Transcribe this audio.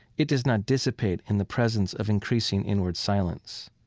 it does not dissipate in the presence of increasing inward silence,